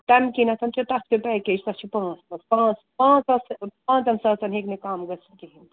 تَمہِ کِنٮ۪تھ چھِ تَتھ تہِ پیکیج تَتھ چھِ پانٛژھ پانٛژھ پانٛژھ ساس چھِ پانٛژَن ساسَن ہٮ۪کہِ نہَ کَم گٔژِھِتھ کِہیٖنۍ